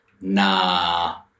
nah